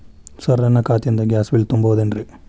Sir ನನ್ನ ಖಾತೆಯಿಂದ gas bill ತುಂಬಹುದೇನ್ರಿ?